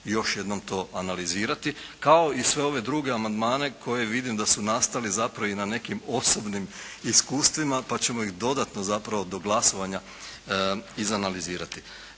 još jednom to analizirati kao i sve ove druge amandmane koje vidim da su nastali zapravo i na nekim osobnim iskustvima pa ćemo ih dodatno zapravo do glasovanja izanalizirati.